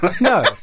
No